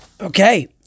Okay